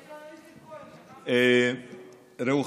ראו,